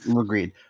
Agreed